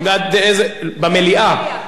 מה שחברינו רוצים.